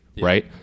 right